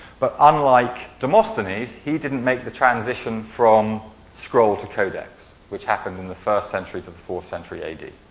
but unlike demosthenes, he didn't make the transition from scroll to codex, which happened in the first century to the fourth century a d.